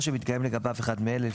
או שמתקיים לגביו אחד מאלה,